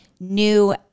new